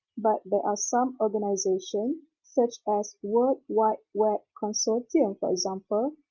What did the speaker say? but there are some organization such as world wide web consortium for example,